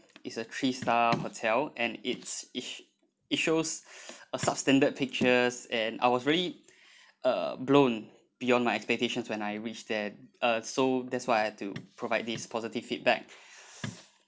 is a three star hotel and it's it it shows a substandard pictures and I was really uh blown beyond my expectations when I reached there uh so that's why I have to provide this positive feedback